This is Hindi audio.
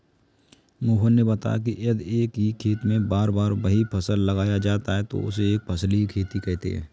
मोहन ने बताया कि यदि एक ही खेत में बार बार वही फसल लगाया जाता है तो उसे एक फसलीय खेती कहते हैं